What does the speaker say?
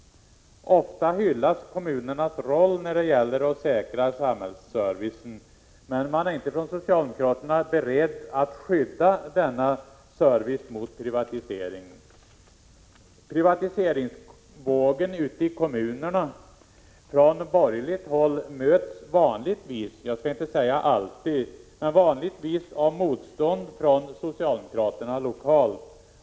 Ofta hyllas kommunernas roll när det gäller att säkra samhällsservicen, men socialdemokraterna är inte beredda att skydda denna service mot privatisering. Privatiseringsvågen från borgerligt håll ute i kommunerna möts vanligtvis — jag skall inte säga alltid — av motstånd från socialdemokraterna lokalt.